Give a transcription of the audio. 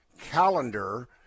calendar